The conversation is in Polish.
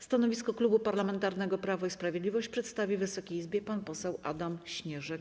Stanowisko Klubu Parlamentarnego Prawo i Sprawiedliwość przedstawi Wysokiej Izbie pan poseł Adam Śnieżek.